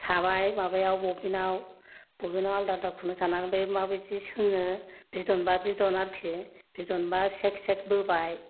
साबाय माबायाव बबिन आव बबिन आव आलादा आलादा खुनदुं सानानै माबादि सोङो बिदनबा बिदन आरोखि बिदनबा सेक सेक बोबाय